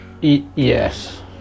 yes